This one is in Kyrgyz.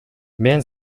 мен